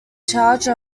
charge